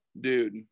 dude